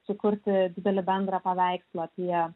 sukurti didelį bendrą paveikslą apie